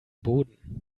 boden